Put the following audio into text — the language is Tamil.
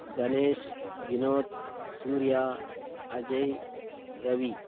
கணேஷ் வினோத் சூர்யா அஜய் ரவி